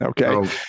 Okay